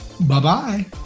Bye-bye